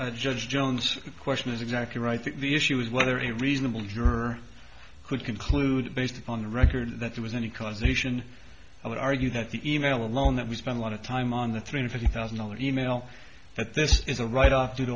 think judge jones question is exactly right i think the issue is whether a reasonable juror could conclude based on the record that there was any causation i would argue that the e mail alone that we spent a lot of time on the three hundred fifty thousand dollars e mail but this is a write off du